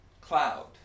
cloud